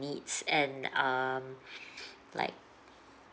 needs and um like